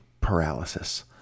paralysis